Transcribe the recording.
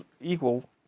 equal